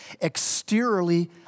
exteriorly